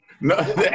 No